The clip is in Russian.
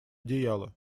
одеяло